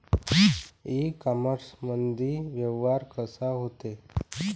इ कामर्समंदी व्यवहार कसा होते?